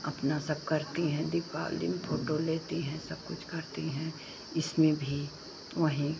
अपना सब करती हैं दीपावली में फ़ोटो लेती हैं सब कुछ करती हैं इसमें भी वहीं